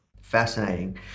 Fascinating